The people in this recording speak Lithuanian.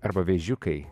arba vėžiukai